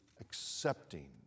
accepting